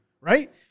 right